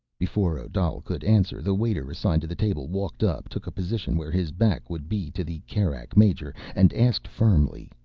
before odal could answer, the waiter assigned to the table walked up, took a position where his back would be to the kerak major, and asked firmly,